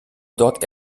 dort